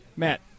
Matt